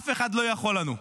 אף אחד לא יכול לנו.